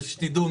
ושתדעו,